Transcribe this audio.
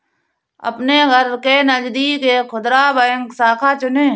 अपने घर के नजदीक एक खुदरा बैंक शाखा चुनें